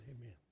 amen